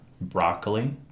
broccoli